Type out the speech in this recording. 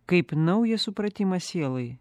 kaip naują supratimą sielai